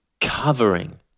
covering